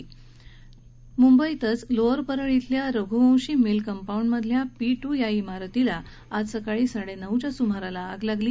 दरम्यान लोअर परळ शिल्या रघुवंशी मिल कंपाउंडमधल्या पी टू या शिरतीला आज सकाळी साडे नऊच्या सुमाराला आग लागली